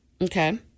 Okay